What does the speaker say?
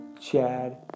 Chad